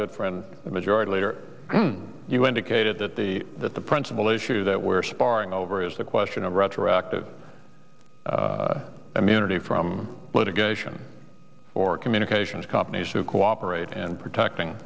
good friend the majority leader you indicated that the that the principle issue that we're sparring over is the question of retroactive immunity from litigation or communications companies who cooperate and protecting